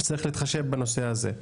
צריך להתחשב בנושא הזה.